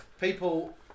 People